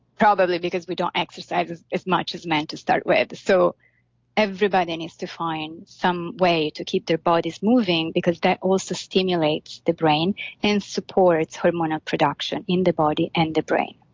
probably because we don't exercise as as much as men to start with. so everybody needs to find some way to keep their bodies moving because that also stimulates the brain and supports hormonal production in the body and the brain